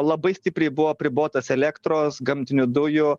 labai stipriai buvo apribotas elektros gamtinių dujų